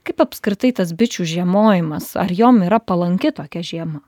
kaip apskritai tas bičių žiemojimas ar jom yra palanki tokia žiema